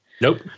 Nope